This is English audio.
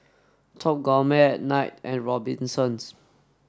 Top Gourmet Knight and Robinsons